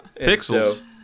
Pixels